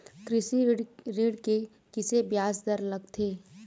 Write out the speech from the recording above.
कृषि ऋण के किसे ब्याज दर लगथे?